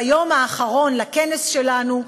ביום האחרון לכנס שלנו,